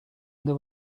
there